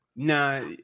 Nah